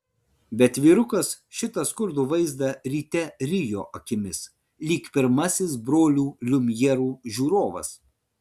bet vyrukas šitą skurdų vaizdą ryte rijo akimis lyg pirmasis brolių liumjerų žiūrovas